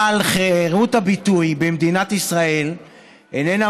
אבל חירות הביטוי במדינת ישראל איננה